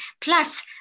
plus